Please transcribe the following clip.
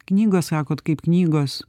knygos sakot kaip knygos